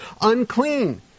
unclean